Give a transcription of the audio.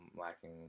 lacking